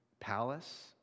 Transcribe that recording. palace